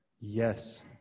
yes